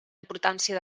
importància